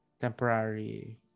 temporary